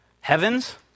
heavens